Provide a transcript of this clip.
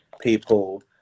people